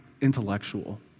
intellectual